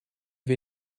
wir